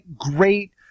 great